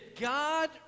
God